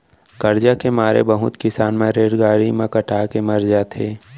करजा के मारे बहुत किसान मन रेलगाड़ी म कटा के मर जाथें